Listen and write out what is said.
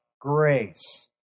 grace